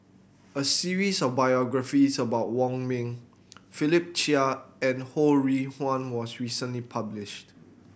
a series of biographies about Wong Ming Philip Chia and Ho Rih Hwa was recently published